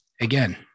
again